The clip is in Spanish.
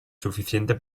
suficiente